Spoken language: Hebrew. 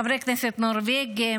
חברי כנסת נורבגים,